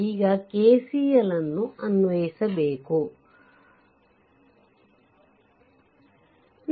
ಈಗ KCL ಅನ್ವಯಿಸಬೇಕು ಮಾಡಬೇಕು